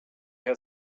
herr